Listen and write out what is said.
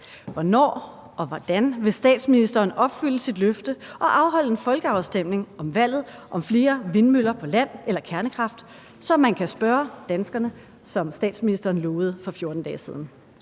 Hvornår og hvordan vil statsministeren opfylde sit løfte og afholde en folkeafstemning om valget mellem flere vindmøller på land eller kernekraft, så man kan spørge danskerne, som statsminister lovede for 14 dage siden?